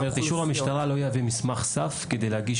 זאת אומרת אישור המשטרה "לא יביא מסמך סף כדי להגיש